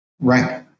Right